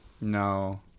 No